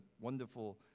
wonderful